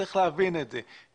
צריך להבין את זה.